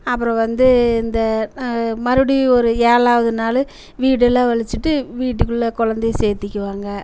அப்புறம் வந்து இந்த மறுபடியும் ஒரு ஏழாவது நாள் வீடெல்லாம் ஒழிச்சிட்டு வீட்டுக்குள்ளே குழந்தைய சேர்த்திக்கிவாங்க